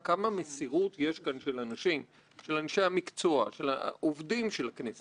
הצוותים הפרלמנטריים אני רוצה להודות כמובן לצוות שלי וליועצת שלי.